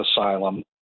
asylum